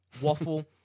Waffle